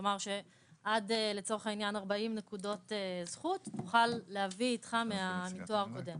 כלומר לצורך העניין עד 40 נקודות זכות תוכל להביא איתך מתואר קודם